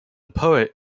poet